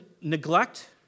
neglect